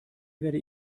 werde